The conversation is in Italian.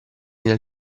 nel